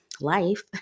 life